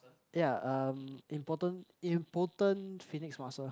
ya um important impotent phoenix muscle